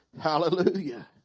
Hallelujah